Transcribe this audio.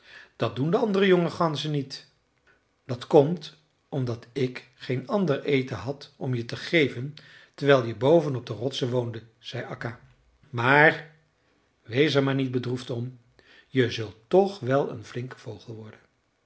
dat doen de andere jonge ganzen niet dat komt omdat ik geen ander eten had om je te geven terwijl je boven op de rotsen woonde zei akka maar wees er maar niet bedroefd om je zult toch wel een flinke vogel worden